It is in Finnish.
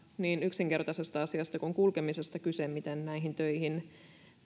niin yksinkertaisesta asiasta kuin kulkemisesta kyse siinä miten näihin töihin